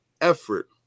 effort